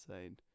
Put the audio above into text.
insane